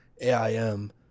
AIM